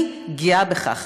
אני גאה בכך,